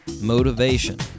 motivation